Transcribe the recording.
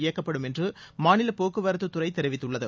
இயக்கப்படும் என்று மாநில போக்குவரத்துத் துறை தெரிவித்துள்ளது